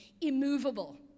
Immovable